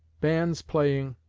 bands playing,